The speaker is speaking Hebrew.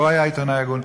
פה היה עיתונאי הגון,